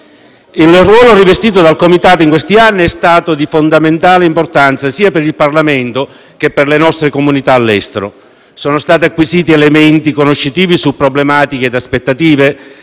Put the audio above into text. Il ruolo rivestito dal Comitato in questi anni è stato di fondamentale importanza sia per il Parlamento che per le nostre comunità all'estero. Sono stati acquisiti elementi conoscitivi su problematiche ed aspettative,